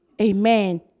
Amen